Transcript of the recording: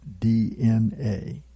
DNA